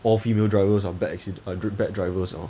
all female drivers are bad accid~ bad drivers ah